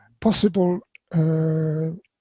possible